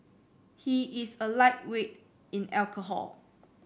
he is a lightweight in alcohol